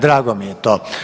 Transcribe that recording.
Drago mi je to.